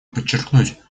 подчеркнуть